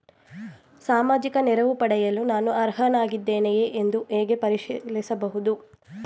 ಸಾಮಾಜಿಕ ನೆರವು ಪಡೆಯಲು ನಾನು ಅರ್ಹನಾಗಿದ್ದೇನೆಯೇ ಎಂದು ಹೇಗೆ ಪರಿಶೀಲಿಸಬಹುದು?